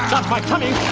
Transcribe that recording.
my tummy!